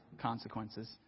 consequences